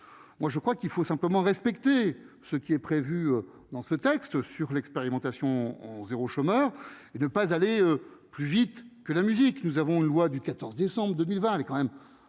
moi je crois qu'il faut simplement respecter ce qui est prévu dans ce texte sur l'expérimentation en 0 chômeur et ne pas aller plus vite que la musique, nous avons une loi du 14 décembre 2020 quand même